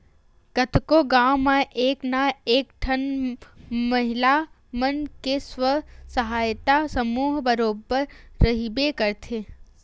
कतको गाँव म एक ना एक ठन महिला मन के स्व सहायता समूह बरोबर रहिबे करथे